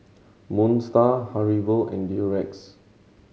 Moon Star Haribo and Durex